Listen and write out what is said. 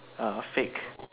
uh fake